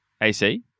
AC